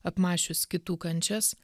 apmąsčius kitų kančias